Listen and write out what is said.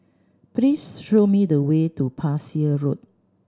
please show me the way to Parsi Road